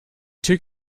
two